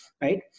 Right